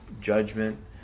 judgment